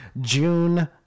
June